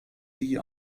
die